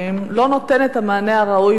לא נותן את המענה הראוי והנכון,